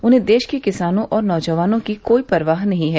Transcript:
उन्हें देश के किसानों और नौजवानों की कोई परवाह नहीं हैं